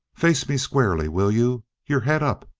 face me squarely, will you? your head up,